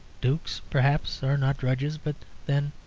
dukes, perhaps, are not drudges but, then,